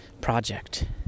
project